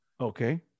Okay